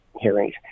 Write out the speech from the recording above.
hearings